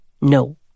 No